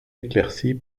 éclaircie